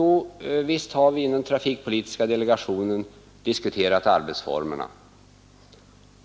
Ja, visst har vi diskuterat arbetsformerna inom trafikpolitiska delegationen.